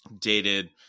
dated